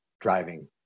driving